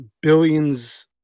billions